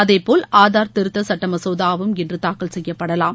அதேபோல் ஆதார் திருத்தச் சுட்ட மசோதாவும் இன்று தாக்கல் செய்யப்படவாம்